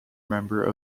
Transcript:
member